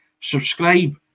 Subscribe